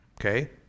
Okay